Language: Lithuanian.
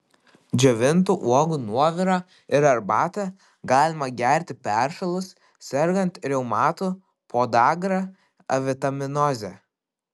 džiovintų uogų nuovirą ir arbatą galima gerti peršalus sergant reumatu podagra avitaminoze